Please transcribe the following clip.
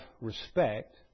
respect